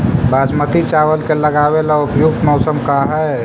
बासमती चावल के लगावे ला उपयुक्त मौसम का है?